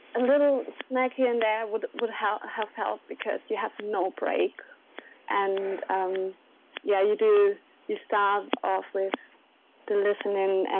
a little snack here and there would would have helped because you have no break and yeah, you do you start off with the listening